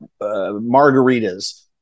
margaritas